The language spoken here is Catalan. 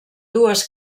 dues